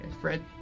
Fred